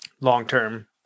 long-term